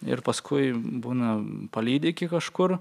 ir paskui būna palydi iki kažkur